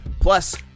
Plus